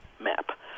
map